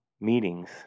meetings